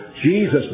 Jesus